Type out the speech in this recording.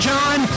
John